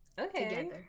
Okay